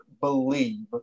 believe